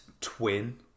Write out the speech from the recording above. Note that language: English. twin